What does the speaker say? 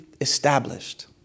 established